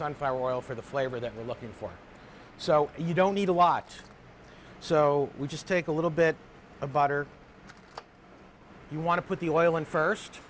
sunflower oil for the flavor that we're looking for so you don't need a watch so we just take a little bit of butter you want to put the oil in first